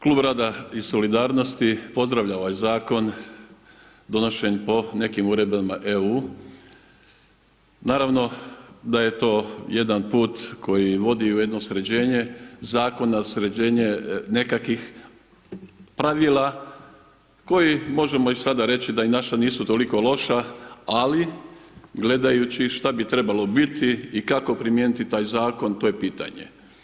Klub rada i solidarnosti pozdravlja ovaj zakon, donošen po nekim uredbama EU, naravno da je to jedan put koji vodi u jedno sređenje zakona, sređenje nekakvih pravila koji možemo i sada reći da i naša nisu toliko loša ali gledajući šta bi trebalo biti i kako primijeniti taj zakon, to je pitanje.